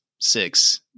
six